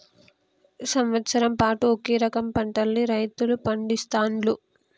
సంవత్సరం పాటు ఒకే రకం పంటలను రైతులు పండిస్తాండ్లు